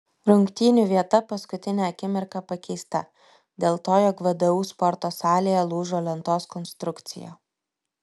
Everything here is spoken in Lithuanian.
rungtynių vieta paskutinę akimirką pakeista dėl to jog vdu sporto salėje lūžo lentos konstrukcija